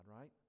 right